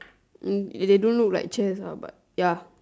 mm they don't look like chairs ah but ya